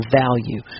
value